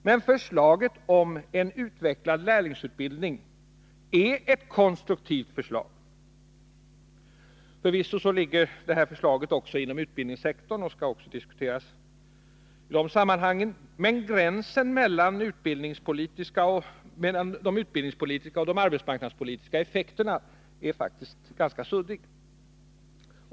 Men förslaget om en utvecklad lärlingsutbildning är ett konstruktivt förslag. Förvisso ligger förslaget också inom utbildningssektorn och skall diskuteras även i de sammanhangen. Men gränsen mellan de utbildningspolitiska och arbetsmarknadspolitiska effekterna är faktiskt ganska suddig.